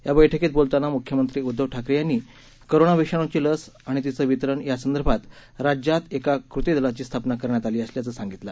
या बैठकीत बोलताना मुख्यमंत्री उद्धव ठाकरे यांनी कोरोना विषाणूची लस आणि तीचं वितरण यासंदर्भात राज्यात एका कृती दलाची स्थापना करण्यात आली असल्याचं सांगितलं